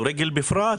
כדורגל בפרט.